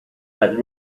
but